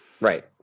Right